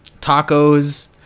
tacos